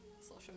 social